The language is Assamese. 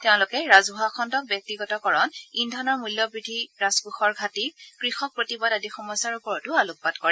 তেওঁলোকে ৰাজহুৱা খণ্ডক ব্যক্তিগতকৰণ ইন্ধনৰ মূল্যবৃদ্ধি ৰাজকোষৰ ঘাটি কৃষক প্ৰতিবাদ আদি সমস্যাৰ ওপৰত আলোকপাত কৰে